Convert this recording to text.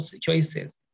choices